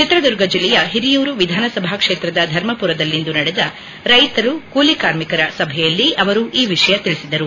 ಚಿತ್ರದುರ್ಗ ಜಿಲ್ಲೆಯ ಹಿರಿಯೂರು ವಿಧಾನಸಭಾ ಕ್ಷೇತ್ರದ ಧರ್ಮಪುರದಲ್ಲಿಂದು ನಡೆದ ರೈತರು ಕೂಲಿಕಾರ್ಮಿಕರ ಸಭೆಯಲ್ಲಿ ಅವರು ಈ ವಿಷಯ ತಿಳಿಸಿದರು